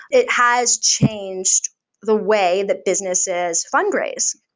it has changed the way that businesses fundraise.